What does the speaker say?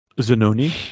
Zanoni